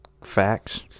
facts